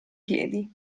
piedi